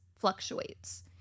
fluctuates